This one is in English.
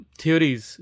theories